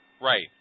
Right